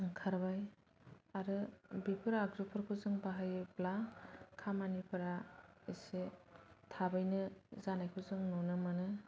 ओंखारबाय आरो बेफोर आगजुफोरखौ जों बाहायोब्ला खामानिफोरा एसे थाबैनो जानायखौ जों नुनो मोनो